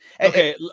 okay